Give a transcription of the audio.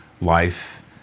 life